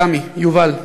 תמי, יובל,